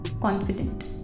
confident